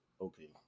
okay